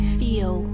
feel